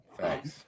Thanks